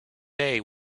day